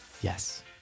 Yes